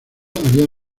había